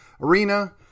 arena